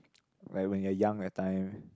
like when you're young that time